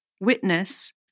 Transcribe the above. Witness